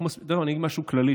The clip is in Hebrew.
ואני אגיד משהו כללי,